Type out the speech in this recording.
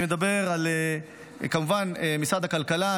אני מדבר כמובן על משרד הכלכלה,